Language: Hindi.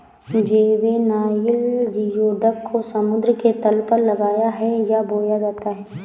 जुवेनाइल जियोडक को समुद्र के तल पर लगाया है या बोया जाता है